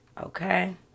Okay